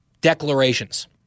declarations